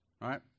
right